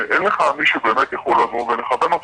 ואין לך מי שבאמת יכול לבוא ולכוון אותך.